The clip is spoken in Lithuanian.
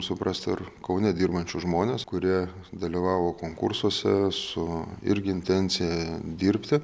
suprasti ir kaune dirbančius žmones kurie dalyvavo konkursuose su irgi intencija dirbti